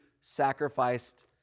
sacrificed